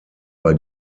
bei